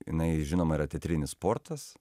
jinai žinoma yra teatrinis sportas